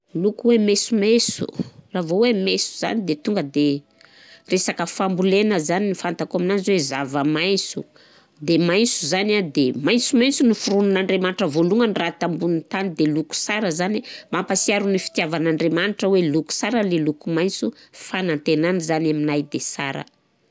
Loko hoe mensomenso, raha vao hoe menso zany de tonga de resaka fambolena zany ny fantako aminazy zany zava-mainso, de mainso zany a de mainsomainso ny noforonin'Andriamanitra vôlohan'ny raha tambonin'ny tany de loko sara zany e, mampasiaro ny fitiavan'Andriamanitra hoe loko sara le loko mainso, fanantenana zany aminay de sara.